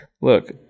look